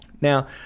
Now